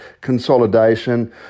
consolidation